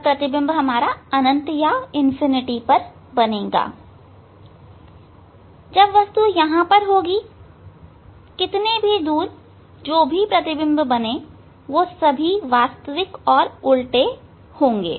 जब वस्तु यहां पर होगी कितने भी दूर जो भी प्रतिबिंब बनेंगे सभी वास्तविक और उल्टे होंगे